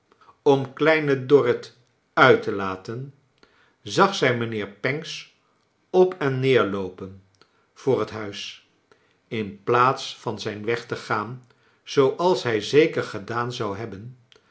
om kleine dorrit uit te laten zag zij mijnheer pancks op en neerloopen voor het huis in plaats van zijn weg te gaan zooals hij zeker gedaan zou hebben